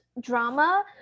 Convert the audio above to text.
drama